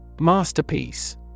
Masterpiece